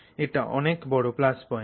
এটা অনেক বড় প্লাস পয়েন্ট